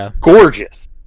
gorgeous